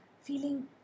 feeling